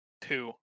two